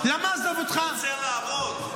המדינה רוצה שגם הגבר יעבוד.